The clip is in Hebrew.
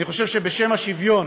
אני חושב שבשם השוויון